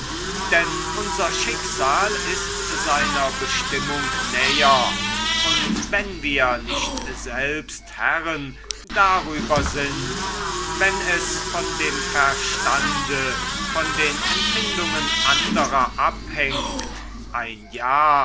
denn unser schicksal ist seiner bestimmung näher und wenn wir nicht selbst herren darüber sind wenn es von dem verstande von den empfindungen anderer abhängt ein ja